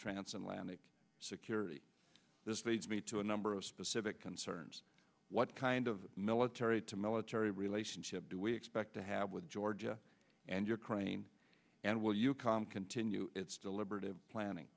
transcend landing security this leads me to a number of specific concerns what kind of military to military relationship do we expect to have with georgia and ukraine and well you can continue its deliberative planning